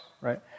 right